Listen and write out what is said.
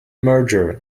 merger